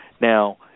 Now